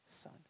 son